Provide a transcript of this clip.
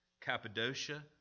Cappadocia